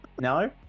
No